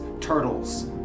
turtles